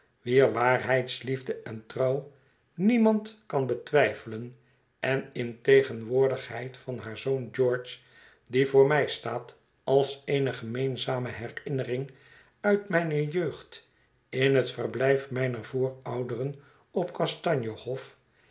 wier waarheidsliefde en trouw niemand kan betwijfelen en in tegenwoordigheid van haar zoon george die voor mij staat als eene gemeenzame herinnering uit mijne jeugd in het verblijf mijner voorouderen op kastanje hof